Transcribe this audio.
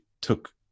took